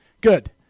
good